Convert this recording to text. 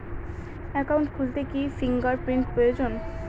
Account খুলতে কি fingerprint প্রয়োজন?